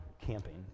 camping